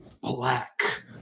black